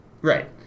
Right